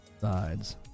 sides